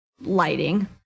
lighting